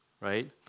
right